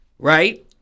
Right